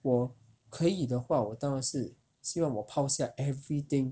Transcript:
我可以的话我当然是希望我抛下 everything